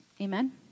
Amen